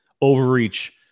overreach